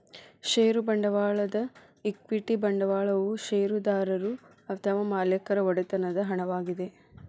ಷೇರು ಬಂಡವಾಳದ ಈಕ್ವಿಟಿ ಬಂಡವಾಳವು ಷೇರುದಾರರು ಅಥವಾ ಮಾಲೇಕರ ಒಡೆತನದ ಹಣವಾಗಿದೆ